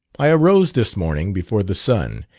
i arose this morning before the sun,